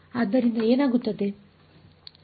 ಆದ್ದರಿಂದ ಏನಾಗುತ್ತದೆ